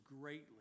greatly